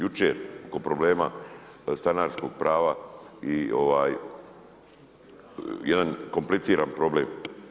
Jučer oko problema stanarskog prava i jedan kompliciran problem.